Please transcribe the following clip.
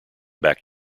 back